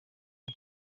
ari